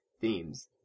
themes